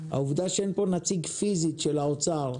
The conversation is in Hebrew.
העובדה שאין פה נציג פיזית של האוצר,